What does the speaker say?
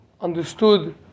understood